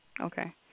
Okay